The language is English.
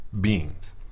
beings